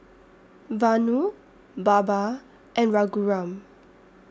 Vanu Baba and Raghuram